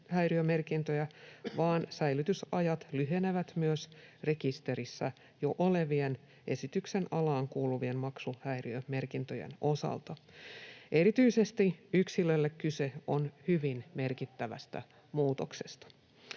maksuhäiriömerkintöjä, vaan säilytysajat lyhenevät myös rekisterissä jo olevien esityksen alaan kuuluvien maksuhäiriömerkintöjen osalta. Erityisesti yksilölle kyse on hyvin merkittävästä muutoksesta.